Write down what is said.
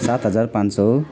सात हजार पाँच सय